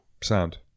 sound